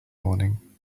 morning